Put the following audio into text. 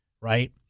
Right